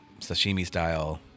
sashimi-style